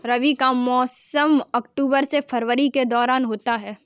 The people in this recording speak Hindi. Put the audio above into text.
रबी का मौसम अक्टूबर से फरवरी के दौरान होता है